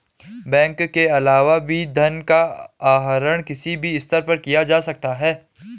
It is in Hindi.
बैंक के अलावा भी धन का आहरण किसी भी स्तर पर किया जा सकता है